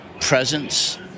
presence